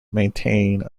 maintain